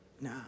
nah